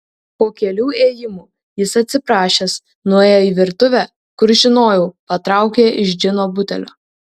po kelių ėjimų jis atsiprašęs nuėjo į virtuvę kur žinojau patraukė iš džino butelio